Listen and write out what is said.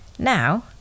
Now